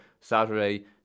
Saturday